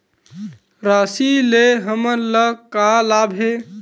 राशि से हमन ला का लाभ हे?